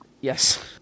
yes